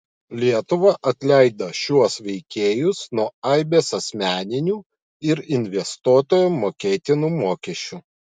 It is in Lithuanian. lietuva atleido šiuos veikėjus nuo aibės asmeninių ir investuotojo mokėtinų mokesčių